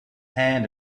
hand